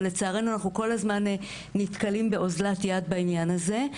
ולצערנו אנחנו כול הזמן נתקלים באוזלת יד בעניין הזה.